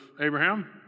Abraham